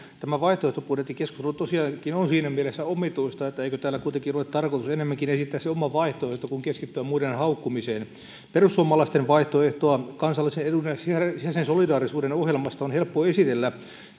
tämä vaihtoehtobudjettikeskustelu on tosiaankin siinä mielessä omituista että eikö täällä kuitenkin ole tarkoitus ennemminkin esittää se oma vaihtoehto kuin keskittyä muiden haukkumiseen perussuomalaisten vaihtoehtoa kansallisen edun ja sisäisen solidaarisuuden ohjelmasta on helppo esitellä